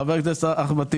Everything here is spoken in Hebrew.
חבר הכנסת אחמד טיבי,